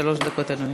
שלוש דקות, אדוני.